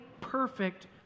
perfect